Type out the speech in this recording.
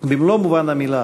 במלוא מובן המילה